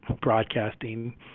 broadcasting